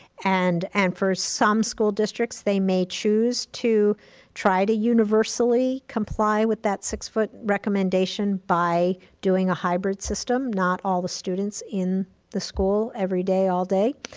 and and for some school districts, they may choose to try to universally comply with that six-foot recommendation by doing a hybrid system. not all the students in the school every day, all day,